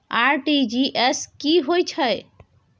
RTG S की है छै?